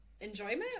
enjoyment